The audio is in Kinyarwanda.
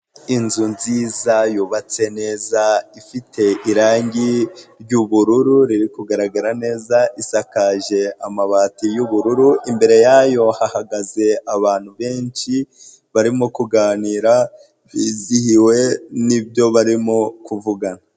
inzu nziza, yubatse neza, ifite irangi ry'ubururu, riri kugaragara neza, isakaje amabati y'ubururu, imbere yayo hahagaze abantu benshi barimo kuganira, bizihiwe n'ibyo barimo kuvugana.